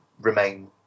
remain